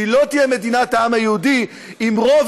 כי היא לא תהיה מדינת העם היהודי אם רוב